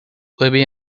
libby